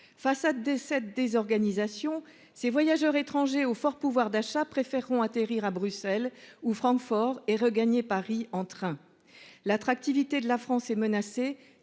face à décède désorganisation ces voyageurs étrangers au fort pouvoir d'achat préféreront atterrir à Bruxelles ou Francfort et regagner Paris en train. L'attractivité de la France est menacée